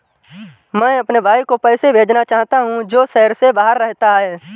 मैं अपने भाई को पैसे भेजना चाहता हूँ जो शहर से बाहर रहता है